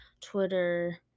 Twitter